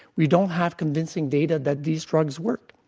we don't have convincing data that these drugs work.